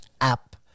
app